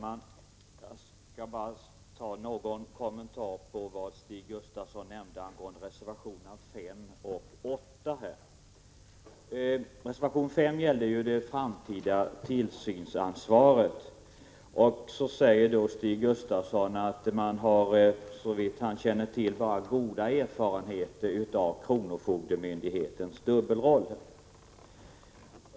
Fru talman! Jag ville komma med en kommentar 'i anslutning till reservationerna 5 och 8. Reservation 5 gäller det framtida tillsynsansvaret. Stig Gustafsson säger att man såvitt han känner till har enbart goda erfarenheter av kronofogdemyndighetens dubbelroll.